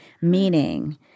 meaning